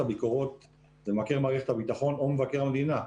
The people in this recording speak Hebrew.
הביקורות זה מבקר מערכת הביטחון או מבקר המדינה.